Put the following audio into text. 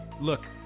look